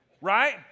right